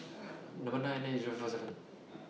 Number nine eight nine eight Zero five four seven